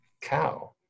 cow